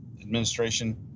administration